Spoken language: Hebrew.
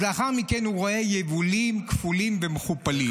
אז לאחר מכן הוא רואה יבולים כפולים ומכופלים.